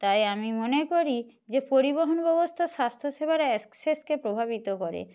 তাই আমি মনে করি যে পরিবহন ব্যবস্থা স্বাস্থ্যসেবার অ্যাক্সেসকে প্রভাবিত করে